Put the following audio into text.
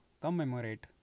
commemorate